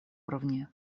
уровне